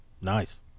nice